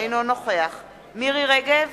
אינו נוכח מירי רגב,